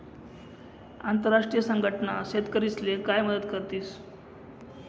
आंतरराष्ट्रीय संघटना शेतकरीस्ले काय मदत करतीस?